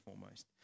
foremost